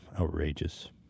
Outrageous